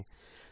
सही